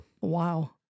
Wow